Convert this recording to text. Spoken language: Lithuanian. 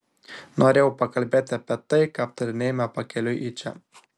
norėjau pakalbėti apie tai ką aptarinėjome pakeliui į čia